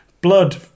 blood